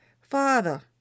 Father